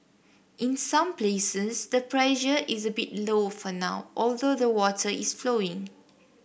in some places the pressure is a bit low for now although the water is flowing